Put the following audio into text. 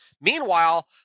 Meanwhile